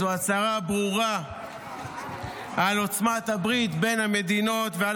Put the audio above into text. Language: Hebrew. זו הצהרה ברורה על עוצמת הברית בין המדינות ועל